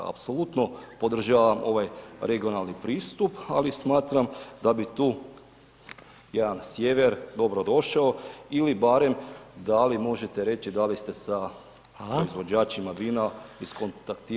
Apsolutno podržavam ovaj regionalni pristup ali smatram da bi tu jedan sjever dobrodošao ili barem da li možete reći da li ste sa proizvođačima vina iskontaktirali